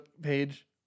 page